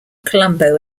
columbo